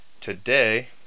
today